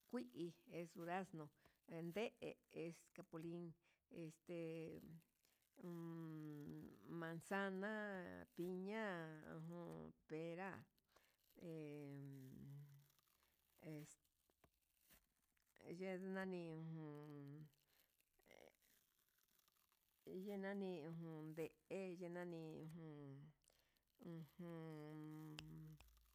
Kui'i es durazno, yandee es capulin este uun manzana viña'a ujun, pera hé es yenani jun yenani ujun nde'e ye nani ujun ujun.